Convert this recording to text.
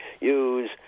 use